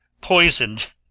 poisoned